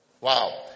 Wow